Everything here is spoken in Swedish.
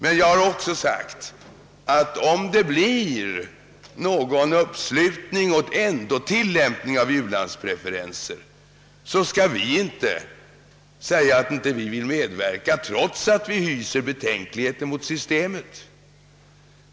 Men jag har också framhållit att om det blir en uppslutning kring tillämpning av u-landspreferenser skall vi inte säga att vi inte vill vara med, trots att vi hyser betänkligheter mot systemet.